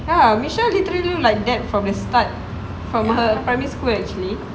ah misha literally look like that from the start from her primary school actually